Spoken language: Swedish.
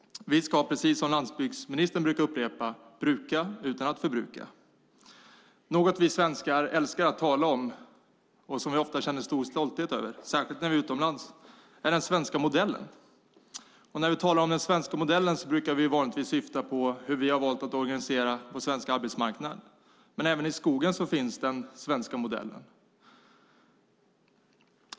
Vi ska, precis som landsbygdsministern brukar upprepa, bruka utan att förbruka. Något vi svenskar älskar att tala om och ofta känner stor stolthet över, särskilt när vi är utomlands, är den svenska modellen. När vi talar om den svenska modellen brukar vi vanligtvis syfta på hur vi har valt att organisera vår svenska arbetsmarknad, men även i skogen finns den svenska modellen.